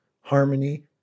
harmony